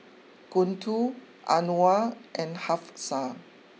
Guntur Anuar and Hafsa